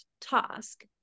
task